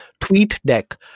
TweetDeck